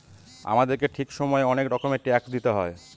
আমাদেরকে ঠিক সময়ে অনেক রকমের ট্যাক্স দিতে হয়